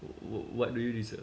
wh~ wh~ what do you deserve